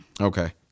Okay